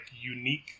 unique